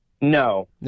No